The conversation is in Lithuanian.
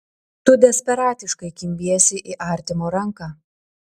tu desperatiškai kimbiesi į artimo ranką